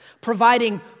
providing